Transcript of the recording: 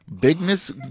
bigness